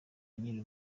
nyiri